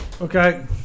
okay